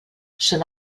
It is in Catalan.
són